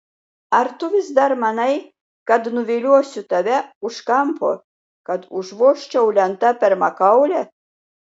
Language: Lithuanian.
ar tu vis dar manai kad nuviliosiu tave už kampo kad užvožčiau lenta per makaulę